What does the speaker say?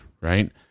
right